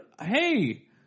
hey